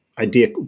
Idea